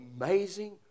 amazing